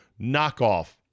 knockoff